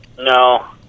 No